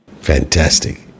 Fantastic